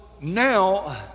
now